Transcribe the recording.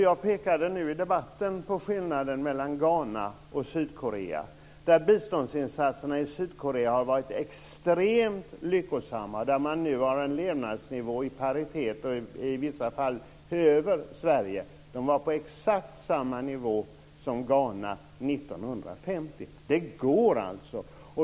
Jag pekade nu i debatten på skillnaden mellan Ghana och Sydkorea. Biståndsinsatserna i Sydkorea har varit extremt lyckosamma. Där har man nu en levnadsnivå i paritet med och i vissa fall över Sverige. Man var på exakt samma nivå som Ghana 1950. Det går alltså.